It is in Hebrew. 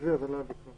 בבקשה.